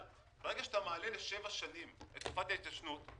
אבל ברגע שאתה מעלה לשבע שנים את תקופת ההתיישנות,